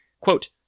Quote